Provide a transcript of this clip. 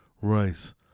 Rice